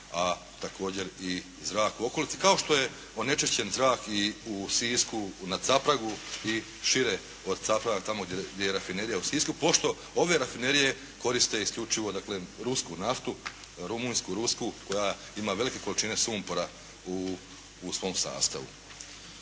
a također i zrak u okolici, kao što je onečišćen zrak u Sisku, na Capragu i šire od Capraga tamo gdje je rafinerija u Sisku, pošto obje rafinerije koriste isključivo dakle rusku naftu, rumunjsku, rusku koja ima velike količine sumpora u svom sastavu.